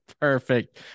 Perfect